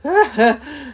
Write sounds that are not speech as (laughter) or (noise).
(laughs)